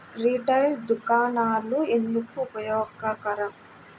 Retail దుకాణాలు ఎందుకు ఉపయోగకరం?